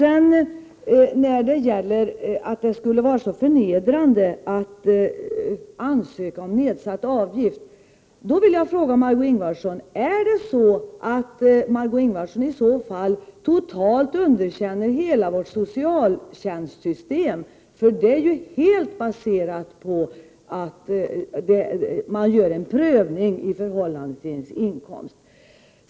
Eftersom det skulle vara så förnedrande att ansöka om nedsatt avgift, vill jag fråga om Margé Ingvardsson i så fall totalt underkänner hela vårt socialtjänstsystem, för det är ju baserat på att man gör en prövning i förhållande till den hjälpsökandes inkomst.